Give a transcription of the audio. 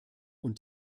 und